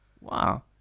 wow